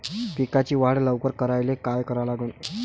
पिकाची वाढ लवकर करायले काय करा लागन?